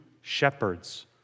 shepherds